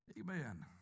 Amen